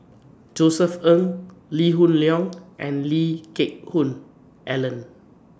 Josef Ng Lee Hoon Leong and Lee Geck Hoon Ellen